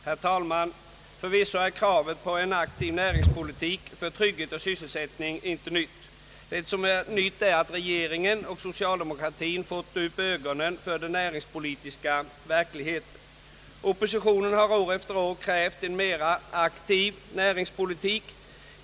Herr talman! Förvisso är kravet på en aktiv näringspolitik för trygghet och sysselsättning inte nytt — det nya är att regeringen och socialdemokratin fått upp ögonen för den näringspolitiska verkligheten. Oppositionen har år efter år krävt en mer aktiv näringspolitik.